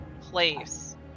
place